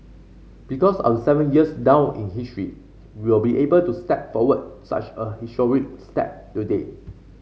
because of seven years down in history we will be able to step forward such a step today